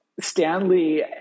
Stanley